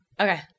Okay